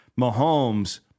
Mahomes